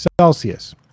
Celsius